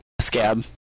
scab